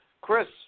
Chris